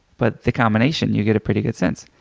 but the combination, you get a pretty good sense.